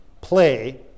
play